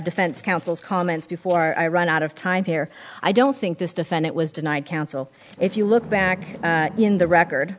defense counsel's comments before i run out of time here i don't think this defendant was denied counsel if you look back in the record